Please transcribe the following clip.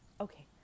okay